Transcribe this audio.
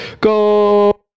Go